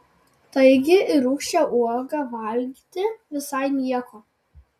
taigi ir rūgščią uogą valgyti visai nieko